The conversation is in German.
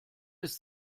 ist